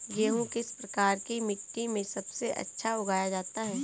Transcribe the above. गेहूँ किस प्रकार की मिट्टी में सबसे अच्छा उगाया जाता है?